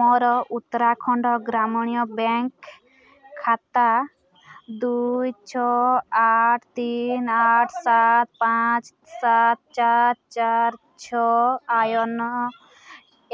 ମୋର ଉତ୍ତରାଖଣ୍ଡ ଗ୍ରାମଣୀୟ ବ୍ୟାଙ୍କ୍ ଖାତା ଦୁଇ ଛଅ ଆଠ ତିନ ଆଠ ସାତ ପାଞ୍ଚ ସାତ ଚାର ଚାର ଛଅ ଆୟୋନୋ